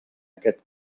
aquest